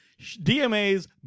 DMA's